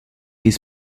his